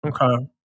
okay